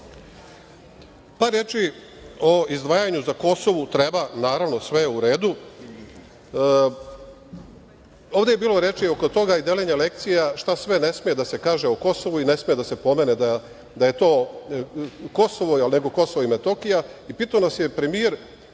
reči o izdvajanju za Kosovu. Treba, naravno sve je u redu. Ovde je bilo reči oko toga i deljenje lekcija šta sve ne sme da se kaže o Kosovu i ne sme da se pomene da je to, Kosovo je, nego Kosovo je i Metohija, i pitao nas je premijer